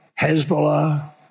Hezbollah